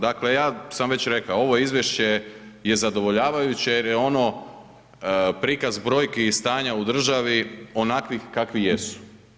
Dakle, ja sam već rekao, ovo izvješće je zadovoljavajuće jer je ono prikaz brojki i stanja u državi onakvih kakvi jesu.